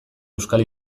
euskal